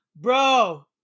Bro